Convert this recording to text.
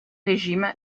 régime